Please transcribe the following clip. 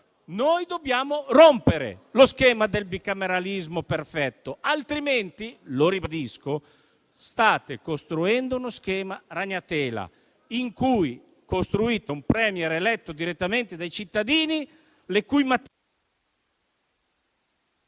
noi dobbiamo rompere lo schema del bicameralismo perfetto, altrimenti - ribadisco - state costruendo uno schema ragnatela, in cui costruite un *Premier* eletto direttamente dai cittadini, le cui...